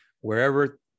Wherever